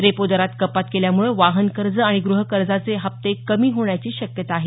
repo दरात कपात केल्यामुळे वाहनकर्ज आणि ग्रहकर्जाचे हप्ते कमी होण्याची शक्यता आहे